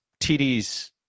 TDs